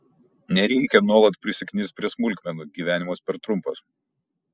nereikia nuolat prisiknist prie smulkmenų gyvenimas per trumpas